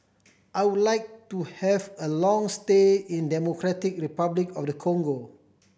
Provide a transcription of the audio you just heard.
I would like to have a long stay in Democratic Republic of the Congo